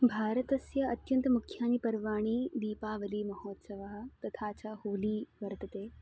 भारतस्य अत्यन्तं मुख्यानि पर्वाणि दीपावलीमहोत्सवः तथा च होली वर्तते